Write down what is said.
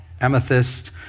amethyst